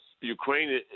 Ukraine